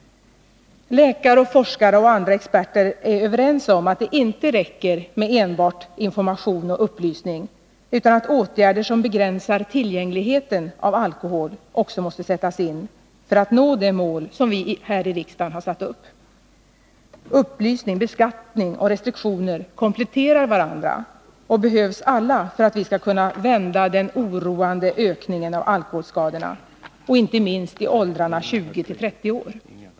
Läkare, forskare och andra experter är överens om att det inte räcker med enbart information och upplysning, utan att åtgärder som begränsar tillgängligheten av alkohol också måste sättas in för att vi skall kunna nå det mål som vi här i riksdagen har satt upp. Upplysning, beskattning och restriktioner kompletterar varandra och behövs alla för att vi skall kunna vända den oroande ökningen av alkoholskadorna, inte minst i åldrarna 20-30 år.